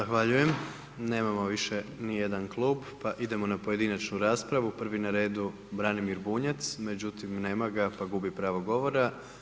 Zahvaljujem, nemamo više ni jedan klub, pa idemo na pojedinačnu raspravu, prvi na redu Branimir Bunjac, međutim nema ga pa gubi pravo govora.